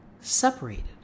separated